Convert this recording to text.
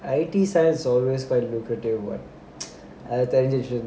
I_T side is always quite lucrative [what]